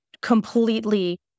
completely